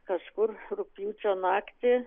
kažkur rugpjūčio naktį